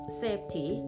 safety